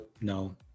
no